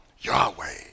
Yahweh